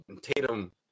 Tatum